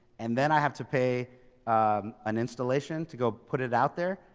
and then i have to pay an installation to go put it out there,